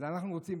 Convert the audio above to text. אז אנחנו רוצים,